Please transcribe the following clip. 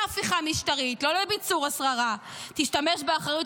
השרה להגנת